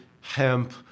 hemp